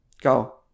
Go